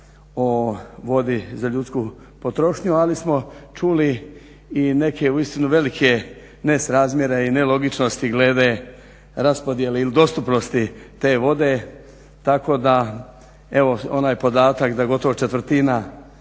o vodi za ljudsku potrošnju, ali smo čuli i neke istinu velike nesrazmjere i nelogičnosti glede raspodjele ili dostupnosti te vode tako da evo onaj podatak da gotovo četvrtina